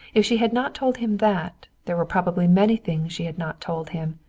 if she had not told him that, there were probably many things she had not told him.